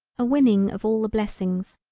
a winning of all the blessings,